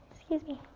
excuse me.